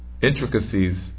intricacies